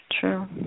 true